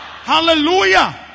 Hallelujah